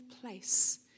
place